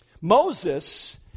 Moses